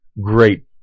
great